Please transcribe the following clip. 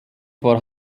war